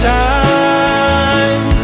time